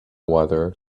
water